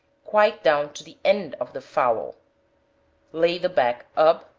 quite down to the end of the fowl lay the back up,